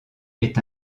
est